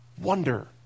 wonder